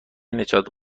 نجات